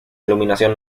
iluminación